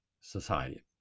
society